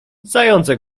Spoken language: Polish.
zające